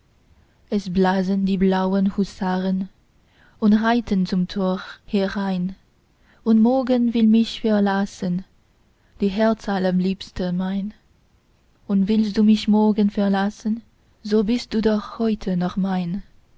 es blasen die blauen husaren und reiten zum tor herein und morgen will mich verlassen die herzallerliebste mein und willst du mich morgen verlassen so bist du doch heute noch mein